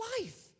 life